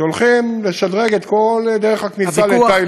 שהולכים לשדרג את כל דרך הכניסה לטייבה.